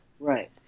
Right